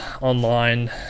online